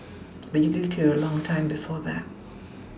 but you lived here a long time before that